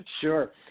Sure